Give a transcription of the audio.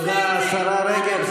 תודה, השרה רגב.